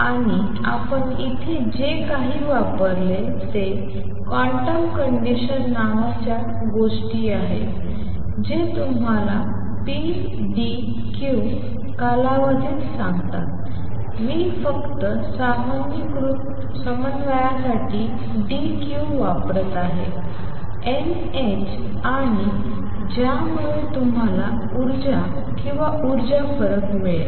आणि आपण इथे जे काही वापरले ते क्वांटम कंडिशन नावाच्या गोष्टी आहेत जे तुम्हाला pdq कालावधीत सांगतात मी फक्त सामान्यीकृत समन्वयासाठी dq वापरत आहे n h आणि ज्यामुळे तुम्हाला ऊर्जा किंवा ऊर्जा फरक मिळाला